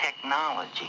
technology